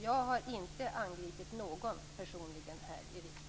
Jag har inte angripit någon här i riksdagen personligen.